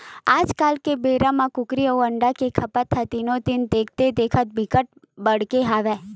आजकाल के बेरा म कुकरी अउ अंडा के खपत ह दिनो दिन देखथे देखत बिकट बाड़गे हवय